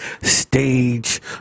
stage